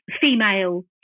female